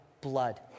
blood